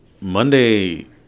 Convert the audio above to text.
Monday